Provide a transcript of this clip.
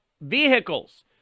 vehicles